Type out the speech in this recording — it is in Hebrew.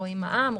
רואים מע"מ,